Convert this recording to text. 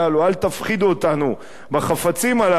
אל תפחידו אותנו בחפצים הללו,